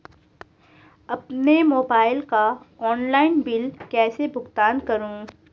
अपने मोबाइल का online bill कैसे भुगतान करूं?